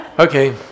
Okay